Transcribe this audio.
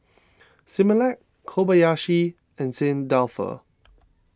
Similac Kobayashi and Saint Dalfour